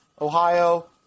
Ohio